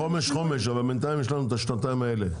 חומש, חומש, אבל בינתיים יש לנו את השנתיים האלה.